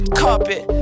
carpet